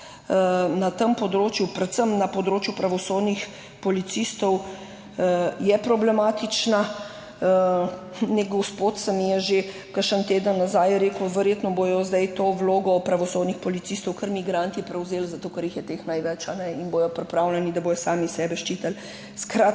na tem področju, predvsem na področju pravosodnih policistov, problematična. Neki gospod mi je že kakšen teden nazaj rekel, verjetno bodo zdaj to vlogo pravosodnih policistov kar migranti prevzeli, zato ker je teh največ in bodo pripravljeni, da bodo sami sebe ščitili. Glede